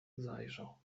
zajrzał